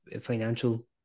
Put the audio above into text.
financial